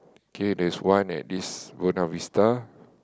K there's one at this Buona-Vista